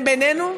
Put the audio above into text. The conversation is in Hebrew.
בינינו,